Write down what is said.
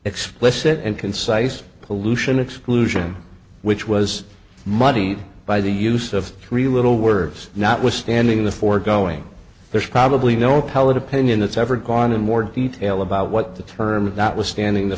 explicit and concise pollution exclusion which was muddied by the use of three little words notwithstanding the foregoing there's probably no appellate opinion that's ever gone in more detail about what the term notwithstanding the